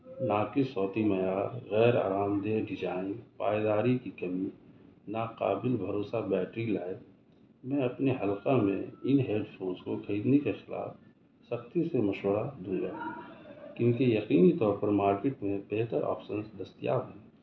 ناقص صوتی معیار غیر آرام دہ ڈیزائن پائیداری کی کمی ناقابل بھروسہ بیٹری لائف میں اپنے حلقہ میں ان ہیڈ فونس کو خریدنے کے خلاف سختی سے مشورہ دیتا ہوں کیونکہ یقینی طور پر مارکیٹ میں بہتر آپشنس دستیاب ہیں